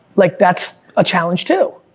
like that's a challenge, too.